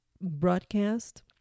broadcast